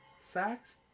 sax